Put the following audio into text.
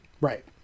right